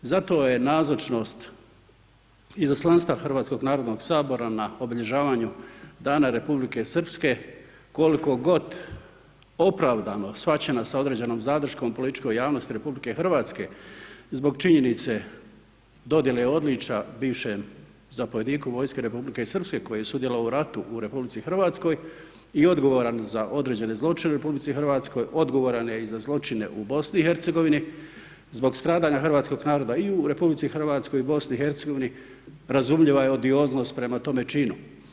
Zato je nazočnost izaslanstva Hrvatskog narodnog sabora na obilježavanju dana Republike Srpske, koliko god opravdano shvaćena sa određenom zadrškom političkoj javnosti RH zbog činjenice dodijele odličja bivšem zapovjedniku vojske Republike Srpske koji je sudjelovao u ratu u RH i odgovoran za određene zločine u RH, odgovoran je i za zločine u BiH, zbog stradanja hrvatskog naroda i u RH i BiH, razumljiva je odijoznost prema tome činu.